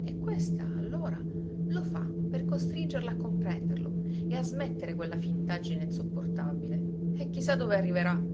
e questa allora lo fa per costringerla a comprenderlo e a smettere quella fintaggine insopportabile e chi sa dove arriverà